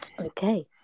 okay